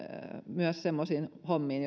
myös semmoisiin hommiin